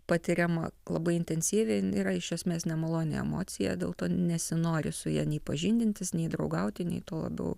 patiriama labai intensyviai yra iš esmės nemaloni emocija dėl to nesinori su ja nei pažindintis nei draugauti nei tuo labiau